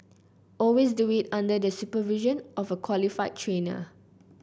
always do it under the supervision of a qualified trainer